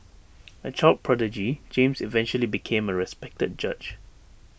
A child prodigy James eventually became A respected judge